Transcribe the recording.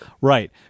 Right